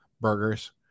burgers